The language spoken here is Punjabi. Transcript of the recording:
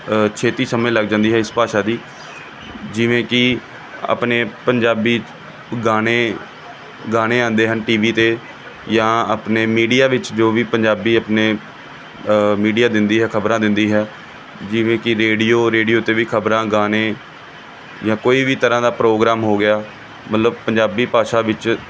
ਛੇਤੀ ਸਮਝ ਲੱਗ ਜਾਂਦੀ ਹੈ ਇਸ ਭਾਸ਼ਾ ਦੀ ਜਿਵੇਂ ਕਿ ਆਪਣੇ ਪੰਜਾਬੀ 'ਚ ਗਾਣੇ ਗਾਣੇ ਆਉਂਦੇ ਹਨ ਟੀ ਵੀ 'ਤੇ ਜਾਂ ਆਪਣੇ ਮੀਡੀਆ ਵਿੱਚ ਜੋ ਵੀ ਪੰਜਾਬੀ ਆਪਣੇ ਮੀਡੀਆ ਦਿੰਦੀ ਹੈ ਖ਼ਬਰਾਂ ਦਿੰਦੀ ਹੈ ਜਿਵੇਂ ਕਿ ਰੇਡੀਓ ਰੇਡੀਓ 'ਤੇ ਵੀ ਖ਼ਬਰਾਂ ਗਾਣੇ ਜਾਂ ਕੋਈ ਵੀ ਤਰ੍ਹਾਂ ਦਾ ਪ੍ਰੋਗਰਾਮ ਹੋ ਗਿਆ ਮਤਲਬ ਪੰਜਾਬੀ ਭਾਸ਼ਾ ਵਿੱਚ